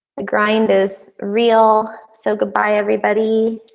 the grind is real. so goodbye. everybody,